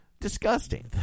disgusting